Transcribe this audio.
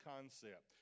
concept